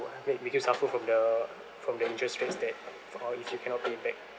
make you suffer from the from the interest rates that uh if you cannot pay back